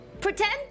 Pretend